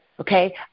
okay